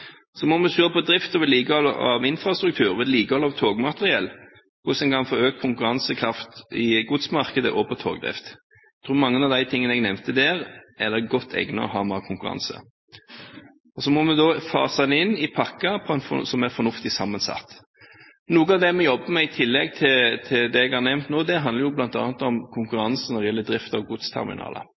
Så må vi se på drift og vedlikehold av infrastruktur og vedlikehold av togmateriell, og hvordan en kan få økt konkurransekraft i godsmarkedet og på togdrift. Jeg tror mange av de tingene jeg nevnte der, er godt egnet til mer konkurranse. Vi må fase den inn i pakker som er fornuftig sammensatt. Noe av det vi jobber med i tillegg til det jeg har nevnt nå, handler bl.a. om konkurranse når det gjelder drift av godsterminaler.